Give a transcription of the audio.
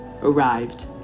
arrived